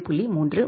3 உள்ளது